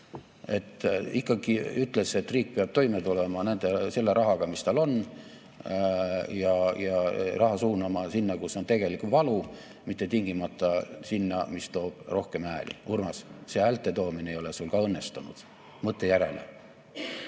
Ikkagi ütles, et riik peab toime tulema selle rahaga, mis tal on, ja raha suunama sinna, kus on tegelik valu, mitte tingimata sinna, kust tuleb rohkem hääli. Urmas, see häälte toomine ei ole sul ka õnnestunud, mõtle järele.